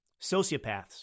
sociopaths